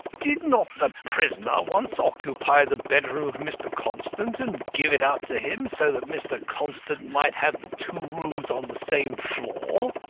did not the prisoner once occupy the bedroom of mr. constant, and give it up to him, so that mr. constant might have the two rooms on the same floor?